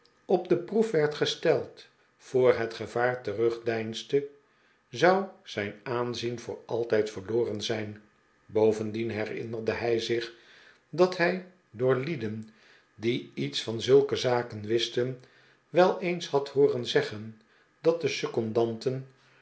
op de proef werd gesteld voor het gevaar terugdeinsde zou zijn aanzien voor altijd verloren zijn bovendien herinnerde hij zich dat hij door lieden die iets van zulke zaken afwisten wel eens had hooren zeggen dat de secondanten